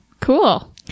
Cool